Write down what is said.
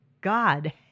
God